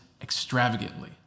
extravagantly